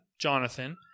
Jonathan